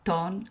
Ton